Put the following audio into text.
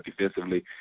defensively